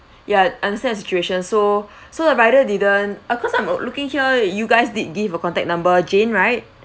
ya understand the situation so so the rider didn't of course I'm looking here you guys did give a contact number jane right